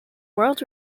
world